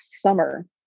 summer